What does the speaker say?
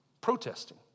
protesting